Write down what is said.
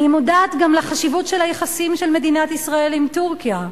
אני מודעת גם לחשיבות של היחסים של מדינת ישראל עם טורקיה,